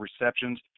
receptions